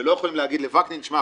ולא יכולים להגיד לוקנין: תשמע,